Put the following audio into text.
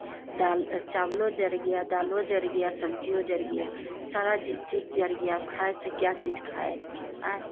दाल चावलो जल गया दालो जल गया सब्जियो जल गया सारा जि चीज़ जल गया अब खाए से क्या चीज़ खाए आयँ